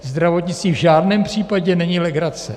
Zdravotnictví v žádném případě není legrace.